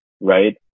right